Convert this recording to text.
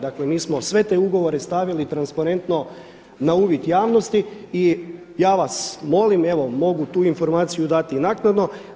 Dakle, mi smo sve te ugovore stavili transparentno na uvid javnosti i ja vas molim, evo mogu tu informaciju dati i naknadno.